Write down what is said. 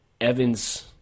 Evans